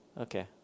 Okay